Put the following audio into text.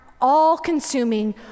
all-consuming